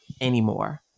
anymore